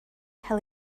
cael